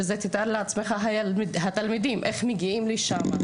רק תתאר לעצמך את התלמידים שמגיעים ללמוד שם.